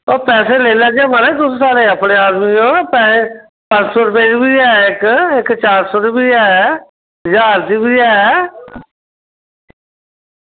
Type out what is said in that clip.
ओह् पैसे लेई लैगे महाराज तुस साढ़े अपने आदमी ओ पैहे पंज सौ रपेऽ दी ऐ इक इक चार सौ रपेऽ दी बी ऐ ज्हार दी बी ऐ